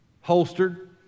holstered